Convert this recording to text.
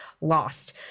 lost